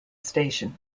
station